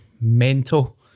Mental